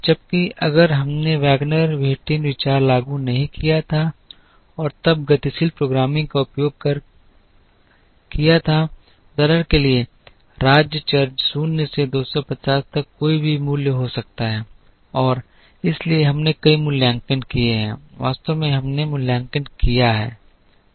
जबकि अगर हमने वैगनर व्हिटिन विचार लागू नहीं किया था और तब गतिशील प्रोग्रामिंग का उपयोग कर किया था उदाहरण के लिए राज्य चर 0 से 250 तक कोई भी मूल्य ले सकता है और इसलिए हमने कई मूल्यांकन किए हैं वास्तव में हमने मूल्यांकन किया है